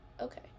okay